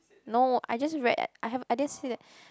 no I just read eh I haven't I didn't see that